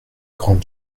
grande